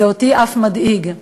אותי זה אף מדאיג.